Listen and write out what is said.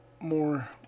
more